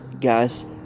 guys